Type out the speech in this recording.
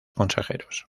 consejeros